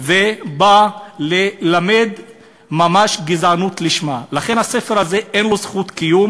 בא לדבר על אנשים כבעלי זכות לחיות,